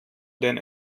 denn